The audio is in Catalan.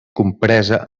compresa